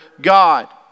God